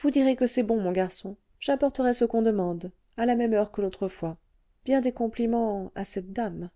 vous direz que c'est bon mon garçon j'apporterai ce qu'on demande j'irai à la même heure que l'autre fois bien des compliments à cette dame